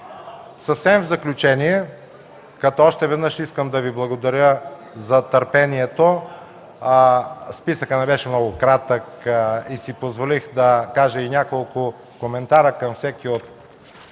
и руски езици. Още веднъж искам да Ви благодаря за търпението, списъкът не беше много кратък и си позволих да кажа и няколко коментара към всеки от